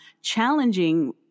challenging